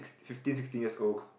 fifteen sixteen years old